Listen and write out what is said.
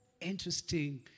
interesting